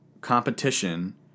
competition